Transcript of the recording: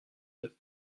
deux